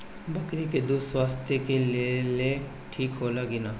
बकरी के दूध स्वास्थ्य के लेल ठीक होला कि ना?